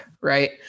right